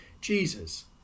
Jesus